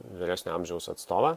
vyresnio amžiaus atstovą